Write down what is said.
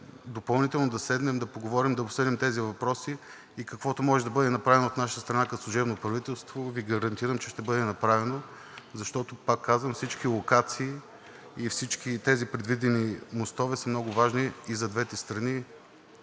допълнително да седнем, да поговорим, да обсъдим тези въпроси и каквото може да бъде направено от наша страна като служебно правителство, Ви гарантирам, че ще бъде направено, защото, пак казвам, всички локации и всички тези предвидени мостове са много важни и за двете страни.